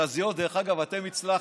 המכת"זיות, דרך אגב, אתם הצלחתם.